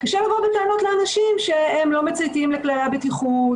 קשה לבוא בטענות לאנשים שהם לא מצייתים לכללי הבטיחות